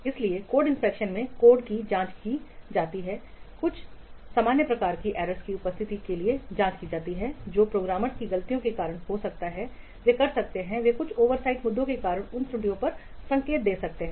इसलिए code inspection में code की जांच की जाती है यह कुछ सामान्य प्रकार की एरर्स की उपस्थिति के लिए जाँच की जाती है जो कि प्रोग्रामर की गलतियों के कारण हो सकता है वे कर सकते हैं वे कुछ ओवरसाइट मुद्दे के कारण उन त्रुटियों का संकेत दे सकते हैं